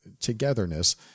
togetherness